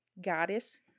goddess